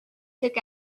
took